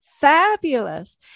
fabulous